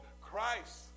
Christ